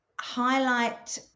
Highlight